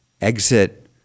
exit